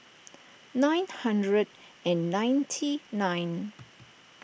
nine hundred and ninety nine